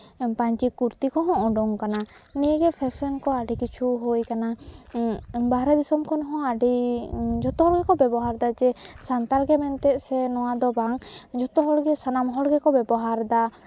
ᱯᱟᱹᱧᱪᱤ ᱠᱩᱨᱛᱤ ᱠᱚᱦᱚᱸ ᱩᱰᱩᱝ ᱠᱟᱱᱟ ᱱᱤᱭᱟᱹᱜᱮ ᱯᱷᱮᱥᱮᱱ ᱠᱚ ᱟᱹᱰᱤ ᱠᱤᱪᱷᱩ ᱦᱩᱭ ᱠᱟᱱᱟ ᱵᱟᱦᱨᱮ ᱫᱤᱥᱚᱢ ᱠᱷᱚᱱ ᱦᱚᱸ ᱟᱹᱰᱤ ᱡᱚᱛᱚ ᱦᱚᱲ ᱜᱮᱠᱚ ᱵᱮᱵᱚᱦᱟᱨᱫᱟ ᱡᱮ ᱥᱟᱱᱛᱟᱲ ᱜᱮ ᱢᱮᱱᱛᱮ ᱥᱮ ᱱᱚᱣᱟ ᱫᱚ ᱵᱟᱝ ᱡᱷᱚᱛᱚ ᱦᱚᱲᱜᱮ ᱥᱟᱱᱟᱢ ᱦᱚᱲ ᱜᱮᱠᱚ ᱵᱮᱵᱚᱦᱟᱨᱫᱟ